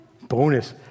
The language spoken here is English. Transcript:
bonus